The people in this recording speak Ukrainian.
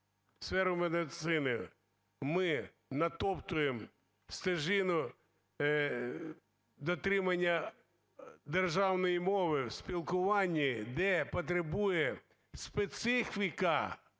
сферу медицини ми натоптуємо стежину дотримання державної мови в спілкуванні, де потребує, специфіка